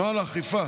נוהל האכיפה,